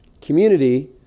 Community